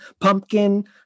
Pumpkin